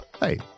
Hey